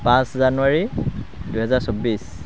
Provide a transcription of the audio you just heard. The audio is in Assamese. পাঁচ জানুৱাৰী দুহেজাৰ চৌব্বিছ